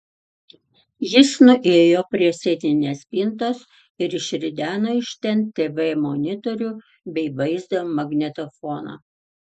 jis nuėjo prie sieninės spintos ir išrideno iš ten tv monitorių bei vaizdo magnetofoną